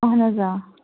اَہَن حظ آ